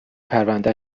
پرونده